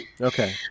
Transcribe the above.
Okay